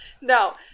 No